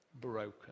broken